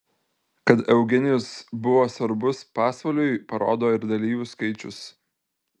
kad eugenijus buvo svarbus pasvaliui parodo ir dalyvių skaičius